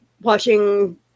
watching